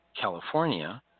California